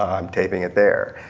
i'm taping it there.